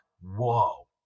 whoa